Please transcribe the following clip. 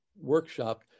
workshop